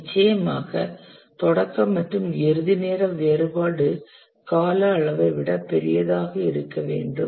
நிச்சயமாக தொடக்க மற்றும் இறுதி நேர வேறுபாடு கால அளவை விட பெரியதாக இருக்க வேண்டும்